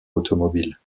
automobile